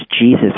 Jesus